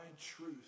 truth